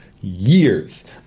years